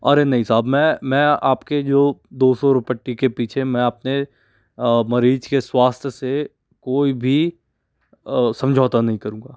अरे नहीं साहब मैं मैं आपके जो दो सौ रुपट्टी के पीछे मैं अपने मरीज़ के स्वास्थ्य से कोई भी समझौता नहीं करूँगा